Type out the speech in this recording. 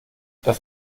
das